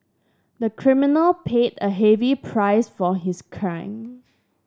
the criminal paid a heavy price for his crime